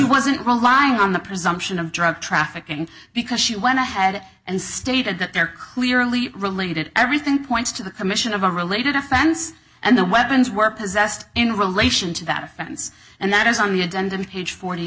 wasn't relying on the presumption of drug trafficking because she went ahead and stated that they're clearly related everything points to the commission of a related offense and the weapons were possessed in relation to that offense and that is on the agenda page forty